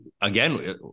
again